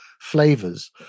flavors